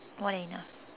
more than enough